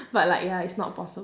but like ya it's not possible